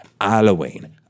Halloween